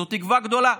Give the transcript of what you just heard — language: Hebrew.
זאת תקווה גדולה